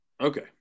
Okay